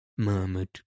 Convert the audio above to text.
murmured